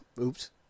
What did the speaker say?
Oops